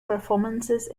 performances